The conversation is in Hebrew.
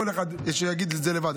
כל אחד שיגיד את זה לבד.